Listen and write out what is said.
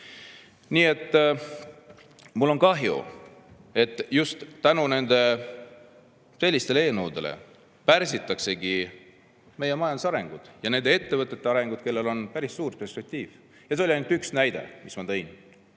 Nii et mul on kahju, et just selliste eelnõudega pärsitakse meie majanduse arengut ja nende ettevõtete arengut, kellel on päris suur perspektiiv. See oli ainult üks näide, mille ma tõin.